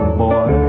boy